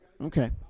Okay